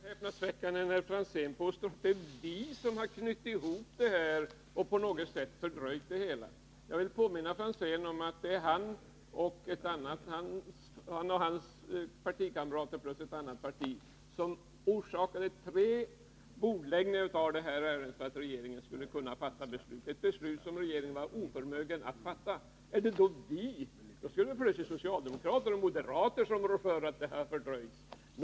Herr talman! Det är ganska häpnadsväckande när Ivar Franzén påstår att det är vi som har fördröjt det hela. Jag vill påminna Ivar Franzén om att det var han och hans partikamrater plus ett annat parti som orsakade tre bordläggningar av detta ärende, för att regeringen skulle kunna fatta beslut — ett beslut som regeringen var oförmögen att fatta. Nu skulle det plötsligt vara socialdemokrater och moderater som rår för att ärendet har fördröjts.